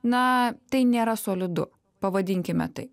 na tai nėra solidu pavadinkime tai